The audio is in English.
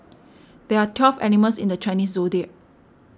there are twelve animals in the Chinese zodiac